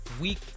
week